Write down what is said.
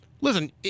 listen